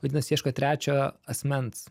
vadinas ieško trečio asmens